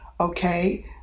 Okay